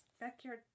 Backyard